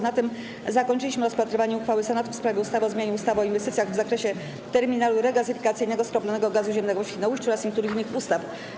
Na tym zakończyliśmy rozpatrywanie uchwały Senatu w sprawie ustawy o zmianie ustawy o inwestycjach w zakresie terminalu regazyfikacyjnego skroplonego gazu ziemnego w Świnoujściu oraz niektórych innych ustaw.